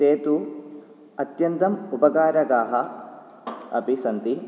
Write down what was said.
ते तु अत्यन्तम् उपकारकाः अपि सन्ति